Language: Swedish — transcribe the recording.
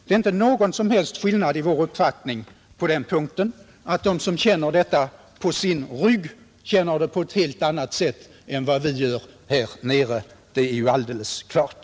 Det är inte någon som helst skillnad i vår uppfattning på den punkten. Att de som känner detta på sin rygg känner det på ett helt annat sätt än vi gör här nere är ju alldeles klart.